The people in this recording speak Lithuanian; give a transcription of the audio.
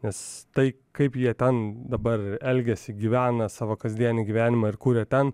nes tai kaip jie ten dabar elgiasi gyvena savo kasdienį gyvenimą ir kuria ten